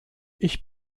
ich